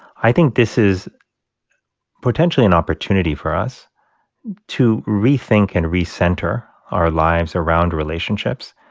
i think this is potentially an opportunity for us to rethink and recenter our lives around relationships,